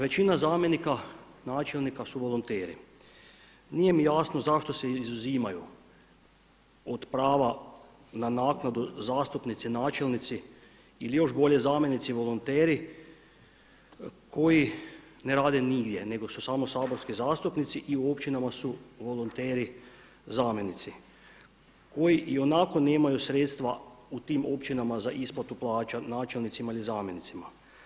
Većina zamjenika načelnika su volonteri, nije mi jasno zašto se izuzimaju od prava na naknadu zastupnici načelnici ili još bolje zamjenici volonteri koji ne rade negdje nego su samo saborski zastupnici i u općinama su volonteri zamjenici koji i onako nemaju sredstva u tim općinama za isplatu plaća načelnicima ili zamjenicima.